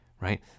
Right